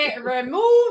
remove